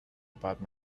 about